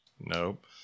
Nope